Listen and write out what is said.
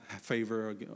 favor